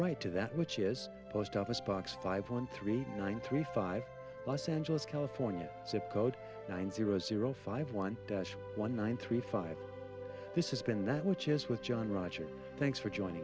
write to that witches post office box five on three nine three five los angeles california zip code nine zero zero five one one one three five this has been that which is with john rogers thanks for joining